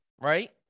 right